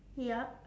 yup